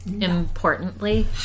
importantly